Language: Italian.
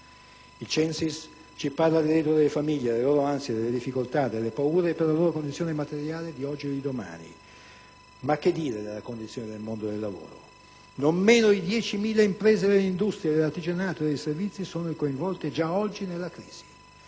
Il CENSIS ci parla del reddito delle famiglie, delle loro ansie, delle difficoltà, delle paure per la loro condizione materiale di oggi e di domani. Ma che dire della condizione del mondo del lavoro? Non meno di 10.000 imprese dell'industria, dell'artigianato e dei servizi sono coinvolte già oggi nella crisi.